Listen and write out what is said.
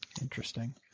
Interesting